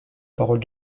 parole